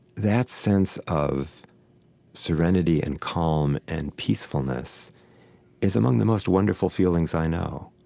that sense of serenity and calm and peacefulness is among the most wonderful feelings i know.